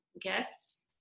guests